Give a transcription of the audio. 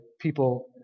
people